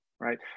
right